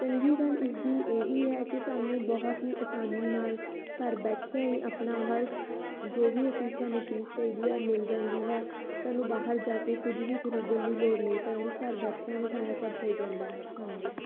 ਚੰਗੀ ਗੱਲ ਇਸਦੀ ਇਹੀ ਹੈ ਕਿ ਸਾਨੂੰ ਬਹੁਤ ਹੀ ਆਸਾਨੀ ਨਾਲ ਘਰ ਬੈਠਿਆਂ ਹੀ ਆਪਣਾ ਹਰ ਜੋ ਵੀ ਅਸੀਂ ਸਾਨੂੰ ਚੀਜ਼ ਚਾਹੀਦੀ ਹੈ ਮਿਲ ਜਾਂਦੀ ਹੈ ਸਾਨੂੰ ਬਾਹਰ ਜਾ ਕੇ ਕੁਝ ਵੀ ਖਰੀਦਣ ਦੀ ਲੋੜ ਨਹੀਂ ਪੈਂਦੀ ਘਰ ਬੈਠਿਆ ਬਿਠਾਇਆ ਸਭ ਹੋ ਜਾਂਦਾ ਹੈ ਧੰਨਵਾਦ